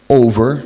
over